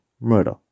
murder